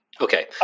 Okay